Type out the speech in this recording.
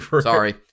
Sorry